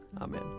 Amen